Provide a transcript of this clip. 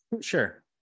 Sure